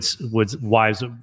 wives